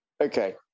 okay